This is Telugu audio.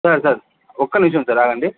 సార్ సార్ ఒక్క నిమిషం సార్ ఆగండీ